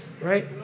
Right